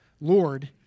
Lord